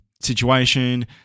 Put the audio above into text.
situation